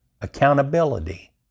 accountability